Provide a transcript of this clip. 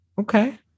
Okay